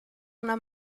una